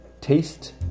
Taste